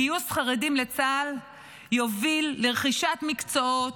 גיוס חרדים לצה"ל יוביל לרכישת מקצועות,